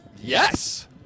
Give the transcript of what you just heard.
Yes